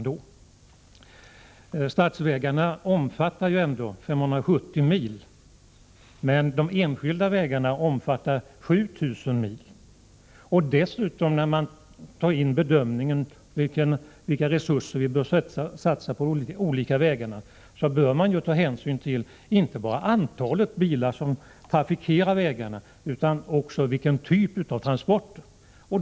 De statliga vägarna omfattar 570 mil, medan de enskilda vägarna omfattar 7 000 mil. Och när man bedömer vilka resurser som bör satsas på olika vägar, bör man ta hänsyn till inte bara antalet bilar som trafikerar vägarna utan också vilken typ av transporter det handlar om.